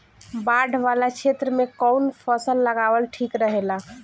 बाढ़ वाला क्षेत्र में कउन फसल लगावल ठिक रहेला?